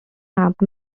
ramp